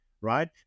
right